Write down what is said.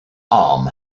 arm